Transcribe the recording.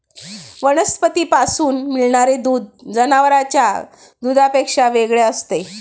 वनस्पतींपासून मिळणारे दूध जनावरांच्या दुधापेक्षा वेगळे असते